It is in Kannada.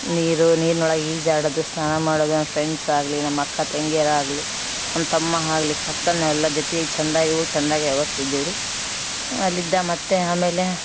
ನೀರು ನೀರಿನೊಳಗೆ ಈಜಾಡೋದು ಸ್ನಾನ ಮಾಡೋದು ನನ್ನ ಫ್ರೆಂಡ್ಸ್ ಆಗಲಿ ನಮ್ಮ ಅಕ್ಕ ತಂಗಿಯರು ಆಗಲಿ ನನ್ನ ತಮ್ಮ ಆಗ್ಲಿ ಕಕ್ಕನ ನಾವೆಲ್ಲ ಜೊತೆಯಾಗಿ ಚಂದಾಗಿವು ಚಂದಾಗೇ ಹೋಗ್ತಿದ್ದಿವ್ರಿ ಅಲ್ಲಿದ್ದ ಮತ್ತು ಆಮೇಲೆ